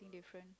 indifferent